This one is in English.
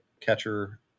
catcher